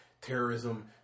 terrorism